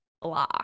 blah